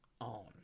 on